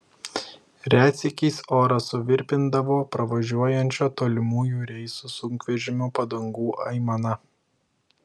retsykiais orą suvirpindavo pravažiuojančio tolimųjų reisų sunkvežimio padangų aimana